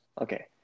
Okay